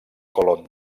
colón